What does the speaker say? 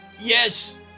Yes